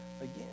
again